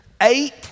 eight